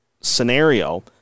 scenario